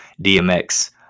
DMX